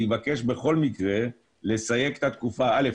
אני מבקש בכל מקרה לסייג את התקופה: ראשית,